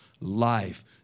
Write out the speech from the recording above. life